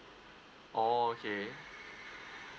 oh okay